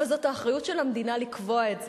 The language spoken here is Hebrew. אבל זאת האחריות של המדינה לקבוע את זה,